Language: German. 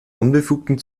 unbefugten